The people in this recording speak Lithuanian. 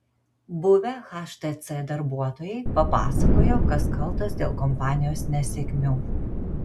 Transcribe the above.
buvę htc darbuotojai papasakojo kas kaltas dėl kompanijos nesėkmių